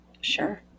Sure